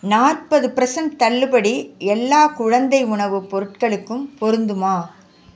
நாற்பது ப்ரஸண்ட் தள்ளுபடி எல்லா குழந்தை உணவு பொருட்களுக்கும் பொருந்துமா